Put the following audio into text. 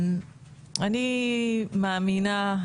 אני מאמינה,